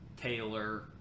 Taylor